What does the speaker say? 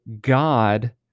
God